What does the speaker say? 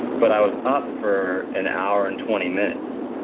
but i was up for an hour and twenty minutes.